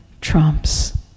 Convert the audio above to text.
trumps